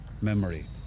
memory